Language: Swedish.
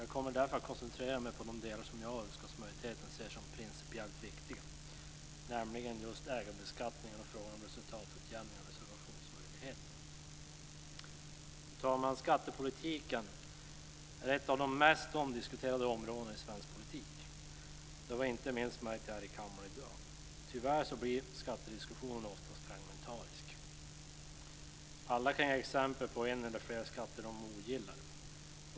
Jag kommer därför att koncentrera mig på de delar som jag och utskottsmajoriteten ser som principiellt viktiga, nämligen ägarbeskattningen och frågan om resultatutjämning och reservationsmöjligheter. Fru talman! Skattepolitiken är ett av de mest omdiskuterade områdena i svensk politik. Det har vi märkt inte minst här i kammaren i dag. Tyvärr blir skattediskussionen ofta fragmentarisk. Alla kan ge exempel på en eller flera skatter som de ogillar.